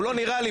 הוא לא נראה לי,